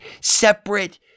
separate